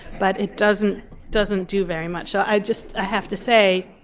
but it doesn't doesn't do very much. i just ah have to say,